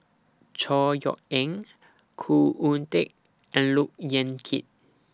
Chor Yeok Eng Khoo Oon Teik and Look Yan Kit